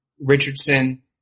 Richardson